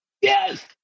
Yes